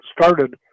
started